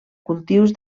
cultius